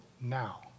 now